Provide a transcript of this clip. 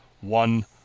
one